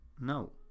No